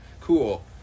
Cool